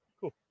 Cool